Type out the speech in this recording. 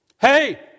Hey